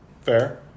Fair